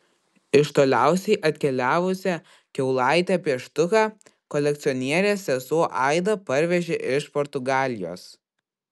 iš toliausiai atkeliavusią kiaulaitę pieštuką kolekcionierės sesuo aida parvežė iš portugalijos